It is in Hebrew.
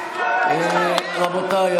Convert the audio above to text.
רבותיי,